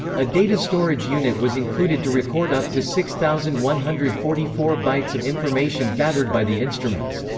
a data storage unit was included to record up to six thousand one hundred forty four bytes of information gathered by the instruments.